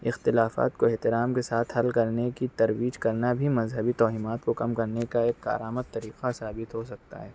اختلافات کو احترام کے ساتھ حل کرنے کی ترویج کرنا بھی مذہبی توہمات کو کم کرنے کا ایک کارآمد طریقہ ثابت ہو سکتا ہے